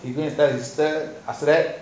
you need to tell your sister after that